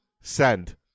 Send